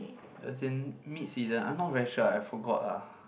as in mid season I'm not very sure I forgot ah